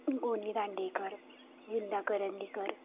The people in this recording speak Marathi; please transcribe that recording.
गो नी दांडेकर विंदा करंदीकर